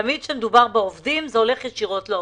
תמיד כשמדובר בעובדים, זה הולך ישירות לעובד.